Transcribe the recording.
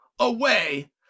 away